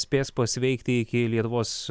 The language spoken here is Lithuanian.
spės pasveikti iki lietuvos